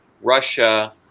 Russia